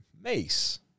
Mace